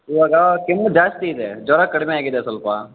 ಇವಾಗ ಕೆಮ್ಮು ಜಾಸ್ತಿ ಇದೆ ಜ್ವರ ಕಡಿಮೆ ಆಗಿದೆ ಸ್ವಲ್ಪ